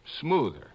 smoother